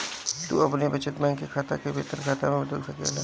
तू अपनी बचत बैंक के खाता के वेतन खाता में बदल सकेला